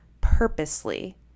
purposely